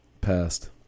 passed